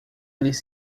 eles